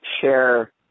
share